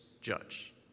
judge